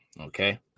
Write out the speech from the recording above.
Okay